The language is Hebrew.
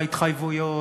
וההתחייבויות?